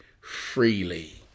freely